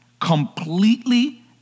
Completely